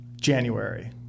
January